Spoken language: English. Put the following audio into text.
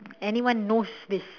anyone knows this